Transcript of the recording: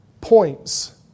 points